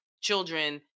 children